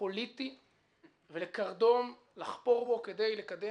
פוליטיזציה של מעשים, אני לא יודע עד כמה